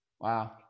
Wow